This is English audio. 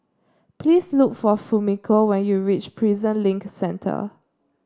please look for Fumiko when you reach Prison Link Centre